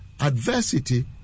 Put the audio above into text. adversity